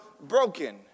broken